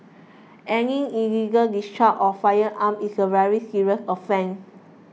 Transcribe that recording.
any illegal discharge of firearms is a very serious offence